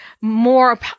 more